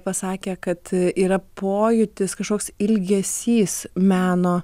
pasakė kad yra pojūtis kažkoks ilgesys meno